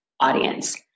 audience